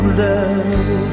love